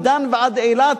מדן ועד אילת,